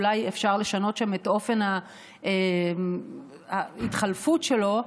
אולי אפשר לשנות שם את אופן ההתחלפות שלו,